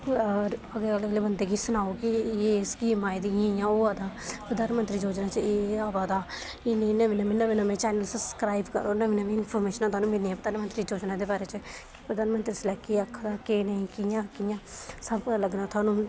होर अगले अगले बंदे गी सनाओ कि एह् एह् स्कीम आई दी इ'यां इ'यां होना जां होआ दा प्रधानमंत्री योजना च एह् एह् होआ दा इ'यां नमें नमें चैनल सब्सक्राइब करो नमीं नमीं इनफार्मेशनां मिलनियां प्रधानमंत्री दी योजना दे बारे च प्रधानमंत्री इसलै केह् आखादा केह् नेईं कि'यां कि'यां सब पता लगना थुआनूं